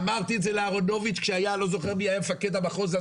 אמרתי את זה לאהרונוביץ' כאשר מפקד המחוז אז